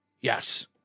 yes